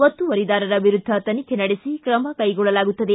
ಒತ್ತುವರಿದಾರರ ವಿರುದ್ದ ತನಿಖೆ ನಡೆಸಿ ಕ್ರಮ ಕೈಗೊಳ್ಳಲಾಗುತ್ತದೆ